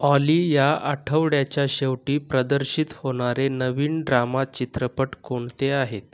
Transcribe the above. ऑली या आठवड्याच्या शेवटी प्रदर्शित होणारे नवीन ड्रामा चित्रपट कोणते आहेत